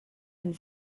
and